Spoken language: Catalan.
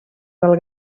del